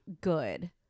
good